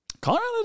Colorado